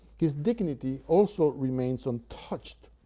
his dignity also remains untouched.